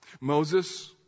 Moses